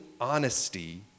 honesty